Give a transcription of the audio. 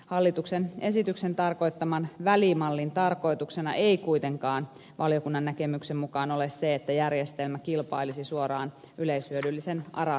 hallituksen esityksen tarkoittaman välimallin tarkoituksena ei kuitenkaan valiokunnan näkemyksen mukaan ole se että järjestelmä kilpailisi suoraan yleishyödyllisen ara tuotannon kanssa